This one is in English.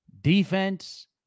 Defense